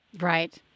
Right